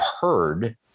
heard